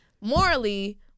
morally